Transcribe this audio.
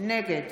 נגד